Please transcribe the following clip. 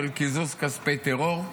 של קיזוז כספי טרור.